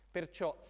Perciò